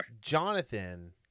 Jonathan